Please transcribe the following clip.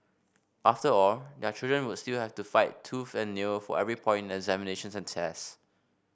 after all their children would still have to fight tooth and nail for every point examinations and tests